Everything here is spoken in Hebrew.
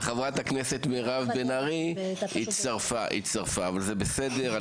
וחברת הכנסת מירב בן ארי הצטרפה אבל זה בסדר,